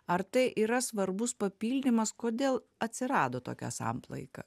ar tai yra svarbus papildymas kodėl atsirado tokia samplaika